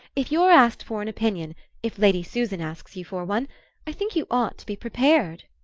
if you're asked for an opinion if lady susan asks you for one i think you ought to be prepared,